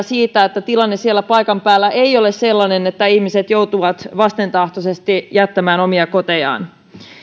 siitä että tilanne siellä paikan päällä ei ole sellainen että ihmiset joutuvat vastentahtoisesti jättämään omia kotejaan